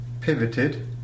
pivoted